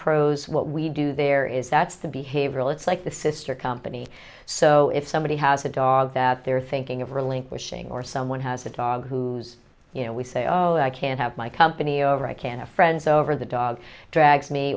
pros what we do there is that's the behavioral it's like the sister company so if somebody has a dog that they're thinking of relinquishing or someone has a dog who's you know we say oh i can have my company over i can a friends over the dog drag